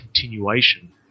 continuation